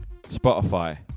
Spotify